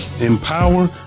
empower